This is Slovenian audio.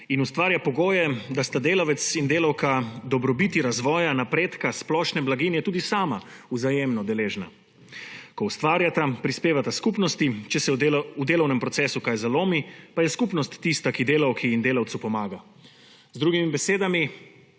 in ustvarja pogoje, da sta delavec in delavka dobrobiti razvoja napredka splošne blaginje tudi sama vzajemno deležna, ko ustvarjata, prispevata skupnosti. Če se v delovnem procesu kaj zalomi, pa je skupnost tista, ki delavki in delavcu pomaga, z drugimi besedami,